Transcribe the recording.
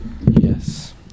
Yes